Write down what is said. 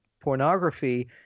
pornography